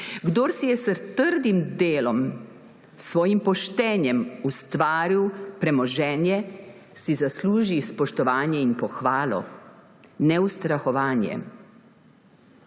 kdor si je s trdim delom, svojim poštenjem ustvaril premoženje, si zasluži spoštovanje in pohvalo, ne ustrahovanja.